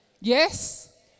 Yes